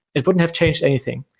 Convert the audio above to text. it wouldn't have changed anything.